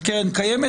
לא של הקרן הקיימת,